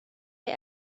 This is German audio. der